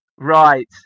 Right